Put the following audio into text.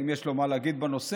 אם יש לו מה להגיד בנושא,